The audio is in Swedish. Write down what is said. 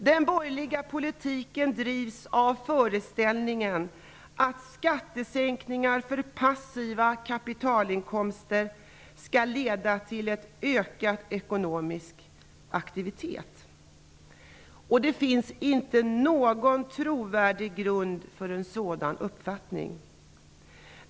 Den borgerliga politiken drivs av föreställningen att skattesänkningar för passiva kapitalinkomster skall leda till ökad ekonomisk aktivitet. Men det finns inte någon trovärdig grund för en sådan uppfattning.